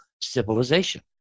civilization